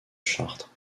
chartres